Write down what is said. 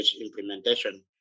implementation